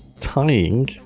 Tying